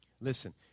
Listen